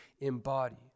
embody